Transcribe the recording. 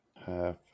Half